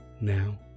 Now